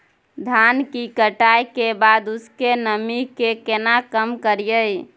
धान की कटाई के बाद उसके नमी के केना कम करियै?